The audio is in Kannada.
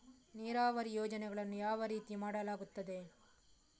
ನೀರಾವರಿ ಯೋಜನೆಗಳನ್ನು ಯಾವ ರೀತಿಗಳಲ್ಲಿ ಮಾಡಲಾಗುತ್ತದೆ?